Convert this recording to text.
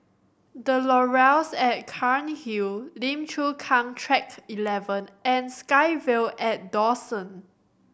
The Laurels at Cairnhill Lim Chu Kang Track Eleven and SkyVille atDawson